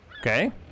Okay